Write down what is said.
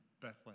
Bethlehem